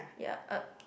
ya uh